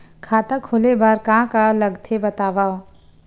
खाता खोले बार का का लगथे बतावव?